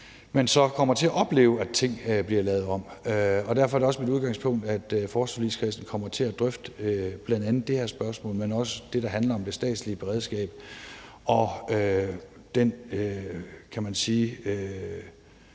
man så kommer til at opleve, at ting bliver lavet om. Derfor er det også mit udgangspunkt, at forsvarsforligskredsen kommer til at drøfte bl.a. det her spørgsmål, men også det, der handler om det statslige beredskab, og den, kan man sige,